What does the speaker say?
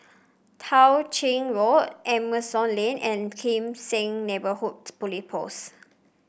Tao Ching Road Asimont Lane and Kim Seng Neighbourhood Police Post